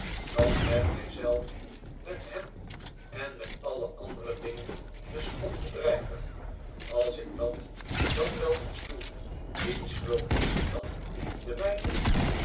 dan met mij zelf met hen en met alle andere dingen den spot te drijven als i'k dal dan wel eeffi doe wiens schuld is het dan de mijne